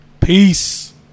Peace